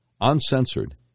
uncensored